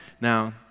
Now